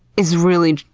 is really,